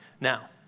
Now